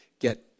get